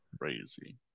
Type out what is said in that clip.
crazy